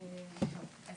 ממשלה